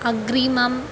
अग्रिमम्